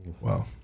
wow